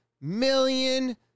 million